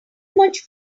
much